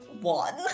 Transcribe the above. one